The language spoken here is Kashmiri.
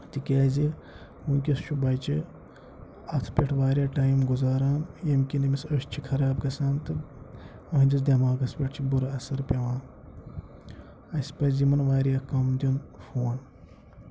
تِکیٛازِ وٕنکٮ۪س چھُ بَچہِ اَتھ پٮ۪ٹھ وارِیاہ ٹایِم گُزاران ییٚمہِ کِنۍ أمِس أچھ چھِ خراب گژھان تہٕ أہٕنٛدِس دٮ۪ماغَس پٮ۪ٹھ چھِ بُرٕ اَثر پٮ۪وان اَسہِ پَزِ یِمَن وارِیاہ کَم دیُن فون